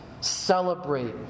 celebrate